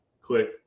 Click